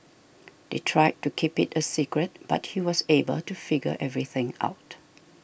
they tried to keep it a secret but he was able to figure everything out